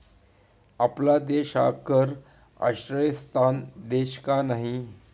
आपला देश हा कर आश्रयस्थान देश का नाही?